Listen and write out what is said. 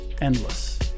endless